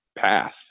path